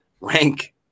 rank